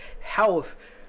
health